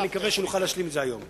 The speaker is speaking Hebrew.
ואני מקווה שנוכל להשלים את זה היום.